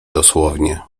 dosłownie